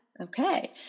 Okay